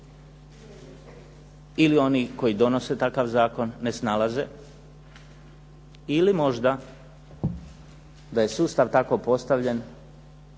ili oni koji donose takav zakon ne snalaze ili možda da je sustav tako postavljen